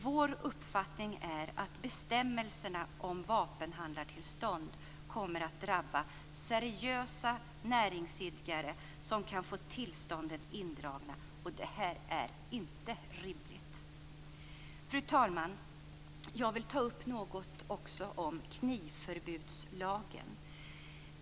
Vår uppfattning är att bestämmelserna om vapenhandlartillstånd kommer att drabba seriösa näringsidkare som kan få tillstånden indragna. Det är inte rimligt! Fru talman! Jag vill ta upp frågan om knivförbudslagen.